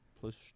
plus